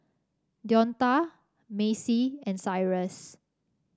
Deonta Macy and Cyrus